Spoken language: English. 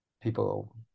people